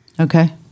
Okay